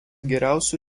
geriausių